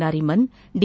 Nariman D